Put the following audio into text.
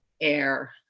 air